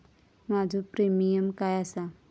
माझो प्रीमियम काय आसा?